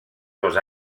dos